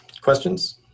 questions